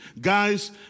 guys